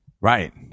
right